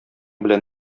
белән